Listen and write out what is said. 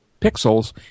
pixels